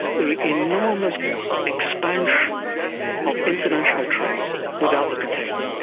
the enormous expansion of international trade without the container.